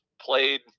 played